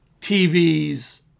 TVs